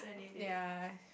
ya